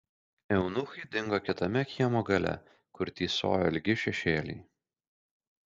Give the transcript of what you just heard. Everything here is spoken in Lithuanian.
eunuchai dingo kitame kiemo gale kur tįsojo ilgi šešėliai